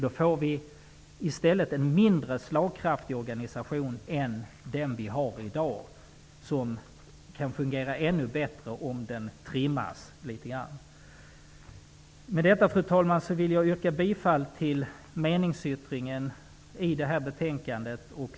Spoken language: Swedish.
Då får vi i stället en mindre slagkraftig organisation än den vi har i dag, som kan fungera bättre om den trimmas. Fru talman! Med detta vill jag yrka bifall till meningsyttringen i detta betänkande.